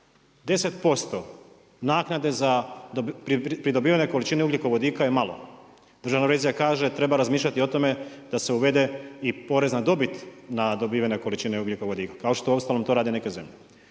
10% naknade za pridobivene količine ugljikovodika je malo, Državna revizija kaže treba razmišljati o tome da se uvede i porez na dobit na dobivene količine ugljikovodika, kao što uostalom to rade neke zemlje.